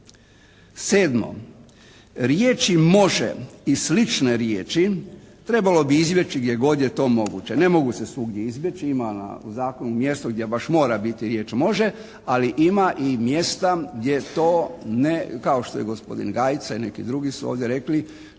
7. Riječi «može» i slične riječi trebalo bi izbjeći gdje god je to moguće. Ne mogu se svugdje izbjeći. Ima na, u zakonu mjesto gdje baš mora biti riječ «može» ali ima i mjesta gdje to ne, kao što je gospodin Gajica i neki drugi su ovdje rekli